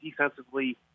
defensively